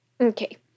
Okay